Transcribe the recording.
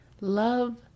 Love